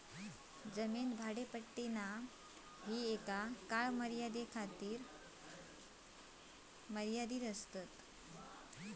जमीन भाडेपट्टी एका काळ मर्यादे खातीर आसतात